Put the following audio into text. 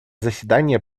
заседание